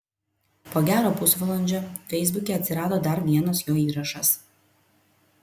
po gero pusvalandžio feisbuke atsirado dar vienas jo įrašas